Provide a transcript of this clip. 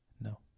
No